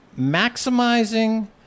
maximizing